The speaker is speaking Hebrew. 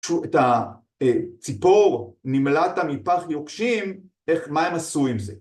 את הציפור, נמלטת מפח יוקשים, מה הם עשו עם זה.